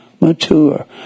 mature